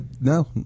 No